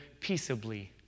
peaceably